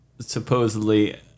supposedly